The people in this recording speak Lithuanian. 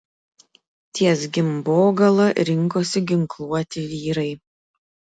ties gimbogala rinkosi ginkluoti vyrai